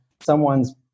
someone's